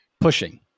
pushing